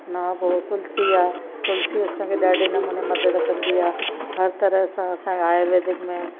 हुनखां पोइ तुलसी आहे तुलसी असांखे ॾाढे नमूने मदद कंदी आहे हर तरह सां असां आयुर्वेदिक में